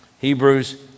Hebrews